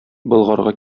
болгарга